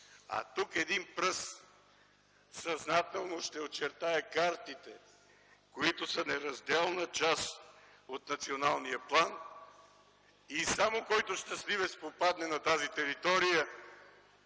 а тук един пръст съзнателно ще очертае картите, които са неразделна част от националния план и само, който щастливец попадне на тази територия,